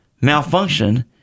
malfunction